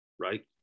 right